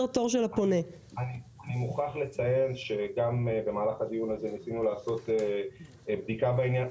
אני מוכרח לציין שגם במהלך הדיון הזה ניסינו לעשות בדיקה בעניין.